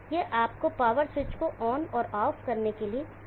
यह आपको पावर स्विचको ऑन और ऑफ करने के लिए बहुत ही सरल ड्राइव सर्किट देगा